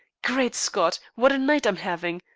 great scott! what a night i'm having!